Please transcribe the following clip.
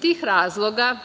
tih razloga,